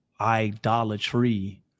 Idolatry